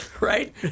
right